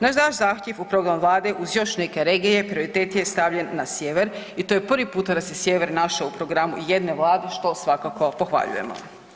Na naš zahtjev u program Vlade uz još neke regije prioritet je stavljen na sjever i to je prvi puta da se sjever našao u programu jedne Vlade što svakako pohvaljujemo.